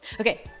Okay